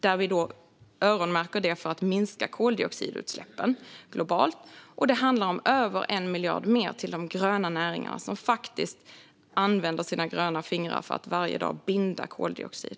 Detta öronmärker vi för att minska koldioxidutsläppen globalt. Det handlar även om 1 miljard mer till de gröna näringarna, som använder sina gröna fingrar varje dag för att binda koldioxid.